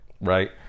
right